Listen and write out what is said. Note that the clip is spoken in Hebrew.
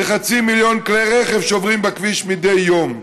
וחצי מיליון כלי רכב עוברים בכביש מדי יום.